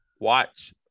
watch